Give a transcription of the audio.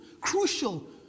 crucial